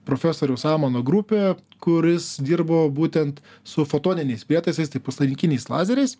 profesoriaus amano grupė kuris dirbo būtent su fotoniniais prietaisais tai puslaidinkiniais lazeriais